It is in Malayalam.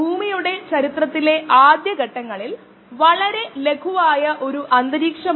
60 ഡിഗ്രി സി അതിന്റെ പ്രതികരണം വീണ്ടും രേഖീയമാണ്